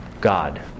God